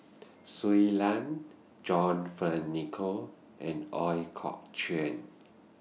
Shui Lan John Fearns Nicoll and Ooi Kok Chuen